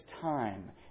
time